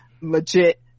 legit